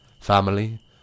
family